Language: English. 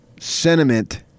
sentiment